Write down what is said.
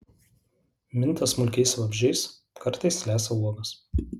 minta smulkiais vabzdžiais kartais lesa uogas